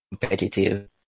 competitive